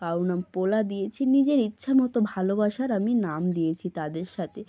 কারো নাম পোলা দিয়েছি নিজের ইচ্ছা মতো ভালোবাসার আমি নাম দিয়েছি তাদের সাথে